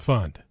Fund